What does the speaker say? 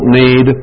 need